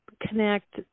connect